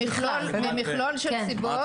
ממכלול של סיבות.